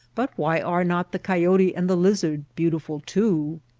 but why are not the coyote and the lizard beautiful too?